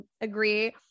agree